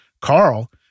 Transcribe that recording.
Carl